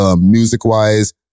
music-wise